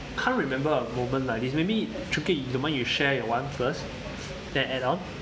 can't remember a moment like this maybe choon kiat don't mind you share your one first then add on